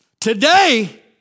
Today